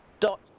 dot